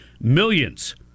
millions